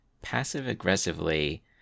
passive-aggressively